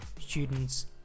students